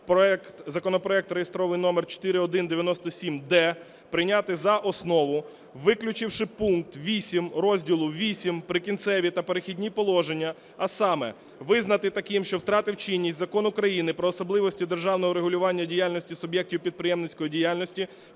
законопроект (реєстраційний номер 4197-д) прийняти за основу, виключивши пункт 8 розділу VІІІ "Прикінцеві та перехідні положення". А саме: визнати таким, що втратив чинність Закон України "Про особливості державного регулювання діяльності суб'єктів підприємницької діяльності,